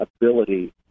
ability